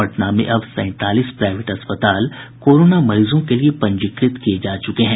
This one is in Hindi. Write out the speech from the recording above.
पटना में अब सैंतालीस प्राईवेट अस्पताल कोरोना मरीजों के लिए पंजीकृत किये जा चुके हैं